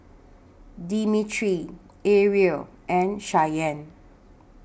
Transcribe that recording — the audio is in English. Demetri Aria and Shyanne